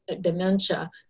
dementia